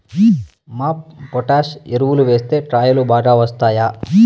MOP potash ఎరువులు వేస్తే కాయలు బాగా వస్తాయా?